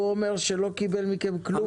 הוא אומר שהוא לא קיבל מכם כלום.